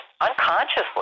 unconsciously